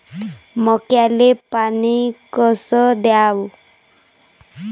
मक्याले पानी कस द्याव?